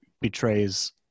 betrays